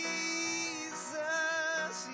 Jesus